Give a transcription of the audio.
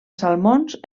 salmons